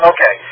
Okay